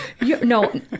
No